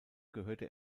gehörte